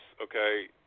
okay